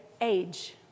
age